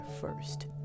first